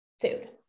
food